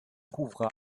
trouvera